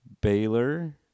Baylor